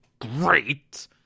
great